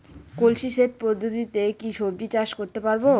কলসি সেচ পদ্ধতিতে কি সবজি চাষ করতে পারব?